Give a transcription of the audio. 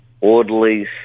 orderlies